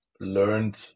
learned